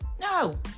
No